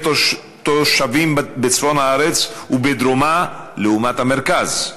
תושבים בצפון הארץ ובדרומה לעומת המרכז,